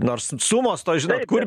nors sumos tos žinot kur